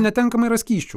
netenkama yra skysčių